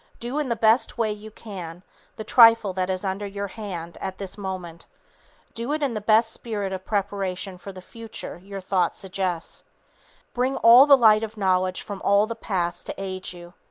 do in the best way you can the trifle that is under your hand at this moment do it in the best spirit of preparation for the future your thought suggests bring all the light of knowledge from all the past to aid you.